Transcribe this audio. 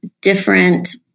different